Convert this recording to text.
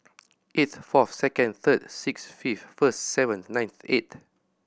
eighth fourth second third six fifth first seventh ninth eight